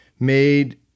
made